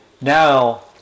now